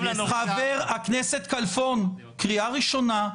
חבר הכנסת כלפון, קריאה ראשונה.